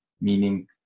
meaning